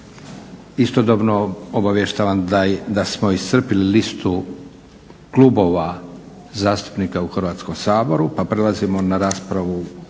Istodobno obavještavam da smo iscrpili listu klubova zastupnika u Hrvatskom saboru pa prelazimo na